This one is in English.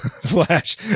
flash